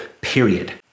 period